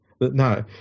No